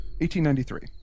1893